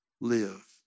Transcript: live